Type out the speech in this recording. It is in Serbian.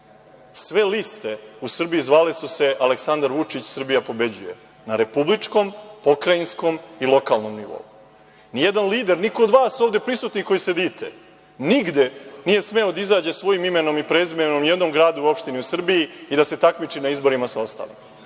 Sve liste u Srbiji zvale su se „Aleksandar Vučić – Srbija pobeđuje“, na republičkom, pokrajinskom i lokalnom nivou. Nijedan lider, nijedan od vas ovde prisutnih koji ovde sedite nigde nije smeo da izađe svojim imenom i prezimenom ni u jednom gradu i opštini u Srbiji i da se takmiči na izborima sa ostalima.